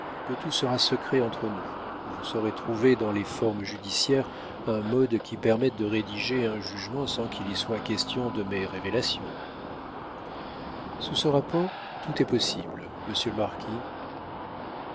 que tout sera secret entre nous vous saurez trouver dans les formes judiciaires un mode qui permette de rédiger un jugement sans qu'il y soit question de mes révélations sous ce rapport tout est possible monsieur le marquis